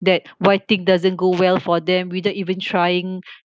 that why thing doesn't go well for them without even trying